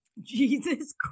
Jesus